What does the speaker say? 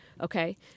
Okay